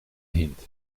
hint